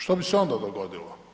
Što bi se onda dogodilo?